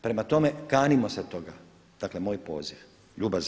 Prema tome, kanimo se toga dakle moj poziv, ljubazan.